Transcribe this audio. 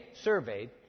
surveyed